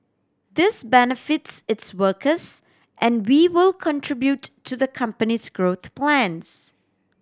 this benefits its workers and vivo contribute to the company's growth plans